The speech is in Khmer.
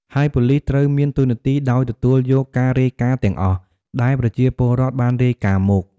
ហើយប៉ូលិសត្រូវមានតួនាទីដោយទទួលយកការរាយការណ៍ទាំងអស់ ដែលប្រជាពលរដ្ឋបានរាយការណ៍មក។